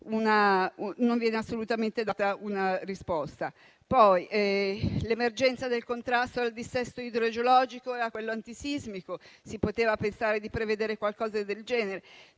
non viene assolutamente data una risposta. Circa l'emergenza del contrasto al dissesto idrogeologico e antisismico, si poteva pensare di prevedere qualcosa del genere.